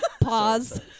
pause